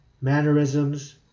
mannerisms